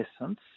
essence